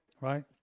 Right